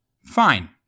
fine